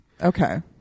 Okay